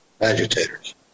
Agitators